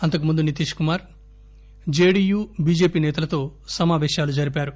అంతకుముందు Nitish Kumar JDU BJP నేతలతో సమావేశాలు జరిపారు